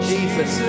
Jesus